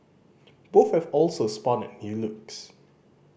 both have also spotted new looks